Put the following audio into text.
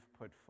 put